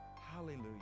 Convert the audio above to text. Hallelujah